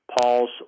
Paul's